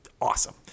awesome